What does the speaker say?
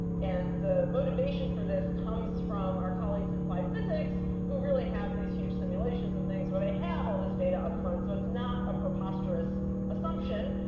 and the motivation for this comes from our colleagues in applied physics, who really have these huge simulations and things where they have all this data upfront, so it's not a preposterous preposterous assumption,